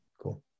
cool